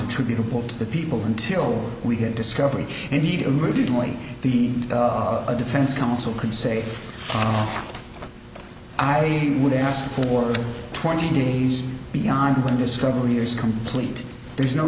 attributable to the people until we have discovery indeed originally the defense counsel can say final i would ask for twenty days beyond when discovery is complete there's no